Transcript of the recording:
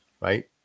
Right